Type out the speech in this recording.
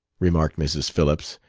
remarked mrs. phillips,